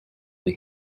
the